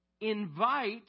Invite